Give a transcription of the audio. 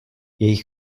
jejich